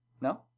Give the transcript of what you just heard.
No